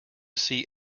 see